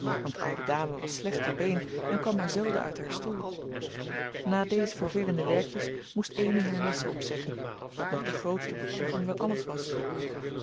want de oude dame was slecht ter been en kwam maar zelden uit haar stoel na deze vervelende werkjes moest amy haar lessen opzeggen wat nog de grootste beproeving van alles was